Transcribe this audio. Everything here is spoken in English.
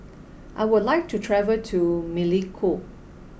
I would like to travel to Melekeok